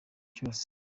cyose